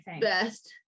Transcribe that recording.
best